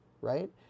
right